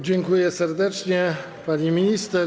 Dziękuję serdecznie, pani minister.